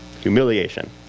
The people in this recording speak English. Humiliation